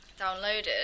downloaded